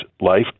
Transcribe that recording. life